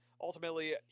ultimately